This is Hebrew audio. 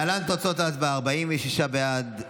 להלן תוצאות ההצבעה: 46 בעד,